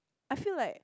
I feel like